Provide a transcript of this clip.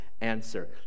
answer